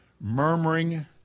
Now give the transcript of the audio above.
murmuring